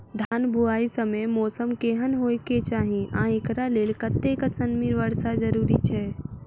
धान बुआई समय मौसम केहन होइ केँ चाहि आ एकरा लेल कतेक सँ मी वर्षा जरूरी छै?